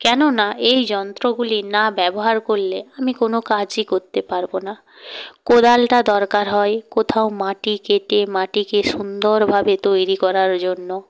কেননা এই যন্ত্রগুলি না ব্যবহার করলে আমি কোনো কাজই করতে পারবো না কোদালটা দরকার হয় কোথাও মাটি কেটে মাটিকে সুন্দরভাবে তৈরি করার জন্য